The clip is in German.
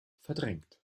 verdrängt